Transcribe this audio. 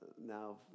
now